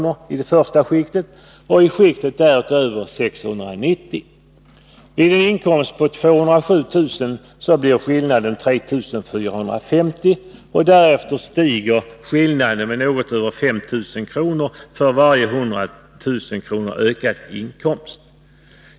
och i nästa skikt 690 kr. Vid en inkomst på 207 000 kr. kommer skillnaden upp till 3 450 kr. Därefter ökar skillnaden med något över 5 000 kr. för varje inkomsthöjning på 100 000 kr.